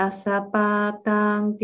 Asapatang